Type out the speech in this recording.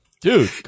dude